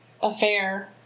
affair